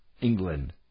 England